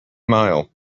mile